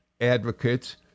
advocates